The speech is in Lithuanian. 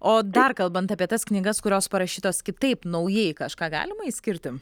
o dar kalbant apie tas knygas kurios parašytos kitaip naujai kažką galima išskirti